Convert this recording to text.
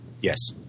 Yes